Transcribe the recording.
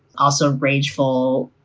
also rageful,